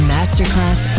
Masterclass